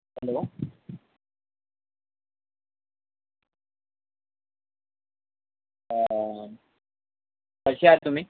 hello कशा आहात तुम्ही